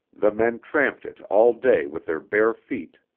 the men tramped it all day with their bare feet.